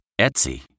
Etsy